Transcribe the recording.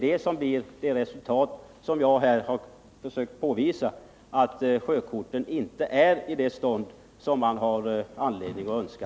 Detta ger det resultat som jag här försökte påvisa, dvs. sjökorten är inte i det skick som man har anledning att önska.